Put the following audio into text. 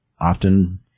often